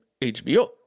HBO